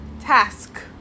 task